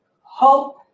hope